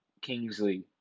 Kingsley